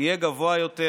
יהיה גבוה יותר,